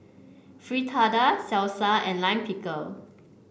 Fritada Salsa and Lime Pickle